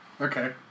okay